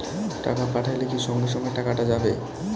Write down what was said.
টাকা পাঠাইলে কি সঙ্গে সঙ্গে টাকাটা যাবে?